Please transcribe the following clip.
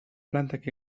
plantak